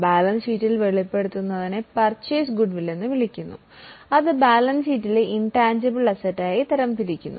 balance ഷീറ്റിൽ വെളിപ്പെടുത്തുന്നതിനെ purchase goodwill എന്ന് വിളിക്കുന്നു അത് ബാലൻസ് ഷീറ്റിലെ ഇൻറ്റാൻജിബിൾ ആസ്തിയായി തരംതിരിക്കുന്നു